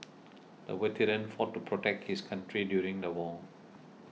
the veteran fought to protect his country during the war